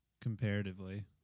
Comparatively